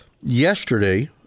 yesterday